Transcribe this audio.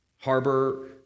Harbor